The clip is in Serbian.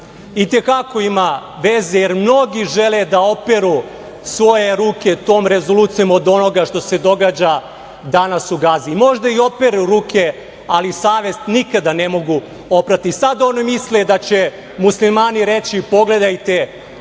Itekako ima veze, jer mnogi žele da operu svoje ruke tom rezolucijom od onoga što se događa danas u Gazi. Možda i operu ruke, ali savest nikada ne mogu oprati. Sad oni misle da će muslimani reći – pogledajte